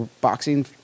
boxing